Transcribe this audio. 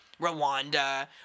Rwanda